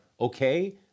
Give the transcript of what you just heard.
okay